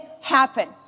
happen